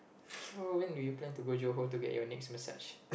so when do you plan to go johor to get your next massage